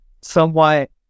somewhat